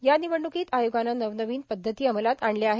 या निवडणूकीत आयोगानं नवनवीन पद्धती अंमलात आणल्या आहेत